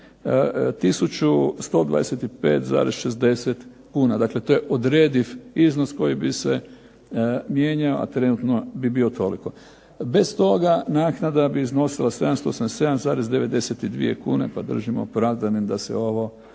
125,60 kuna, dakle to je odrediv iznos koji bi se mijenjao, a trenutno bi bio toliko. Bez toga naknada bi iznosila 787,92 kune pa držimo opravdanim da se ovo,